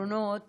האחרונות